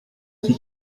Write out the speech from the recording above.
iki